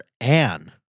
Anne